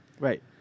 Right